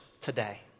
today